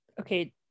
Okay